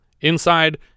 Inside